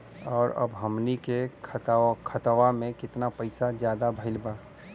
और अब हमनी के खतावा में कितना पैसा ज्यादा भईल बा?